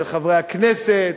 של חברי הכנסת,